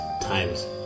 times